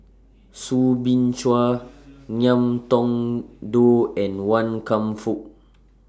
Soo Bin Chua Ngiam Tong Dow and Wan Kam Fook